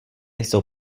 jsou